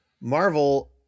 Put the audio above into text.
Marvel